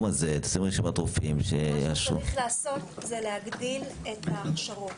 מה שצריך לעשות זה להגדיל את ההכשרות.